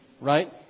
Right